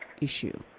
issue